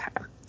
Okay